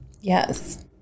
yes